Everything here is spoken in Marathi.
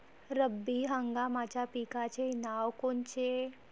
रब्बी हंगामाच्या पिकाचे नावं कोनचे?